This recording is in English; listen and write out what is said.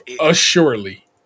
Assuredly